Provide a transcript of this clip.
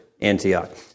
Antioch